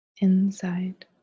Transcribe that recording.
Inside